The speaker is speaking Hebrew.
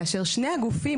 כאשר שני הגופים,